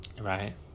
Right